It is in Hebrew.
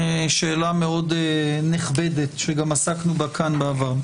זו שאלה מאוד נכבדת, שגם עסקנו בה בעבר.